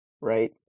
right